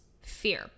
fear